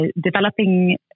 developing